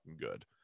good